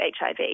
HIV